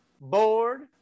board